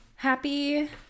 Happy